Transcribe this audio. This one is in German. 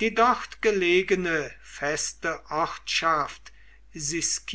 die dort gelegene feste ortschaft